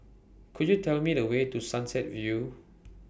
Could YOU Tell Me The Way to Sunset View